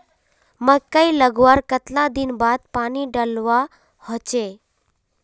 मकई लगवार कतला दिन बाद पानी डालुवा होचे?